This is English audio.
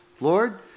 Lord